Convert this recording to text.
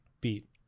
beat